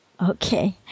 Okay